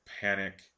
Panic